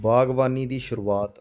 ਬਾਗਬਾਨੀ ਦੀ ਸ਼ੁਰੂਆਤ